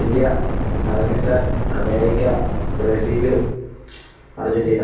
India Pakistan America Brazil Argentina